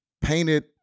painted